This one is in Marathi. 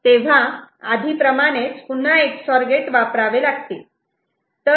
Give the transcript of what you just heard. तेव्हा आधी प्रमाणेच पुन्हा EX OR गेट वापरावे लागतील